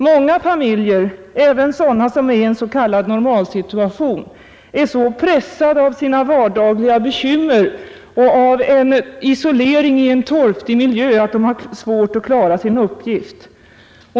Många familjer, även sådana som är i en s.k. normalsituation, är så pressade av sina vardagliga bekymmer och av isolering i en torftig miljö, att de har svårt att klara sin uppgift.